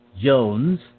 Jones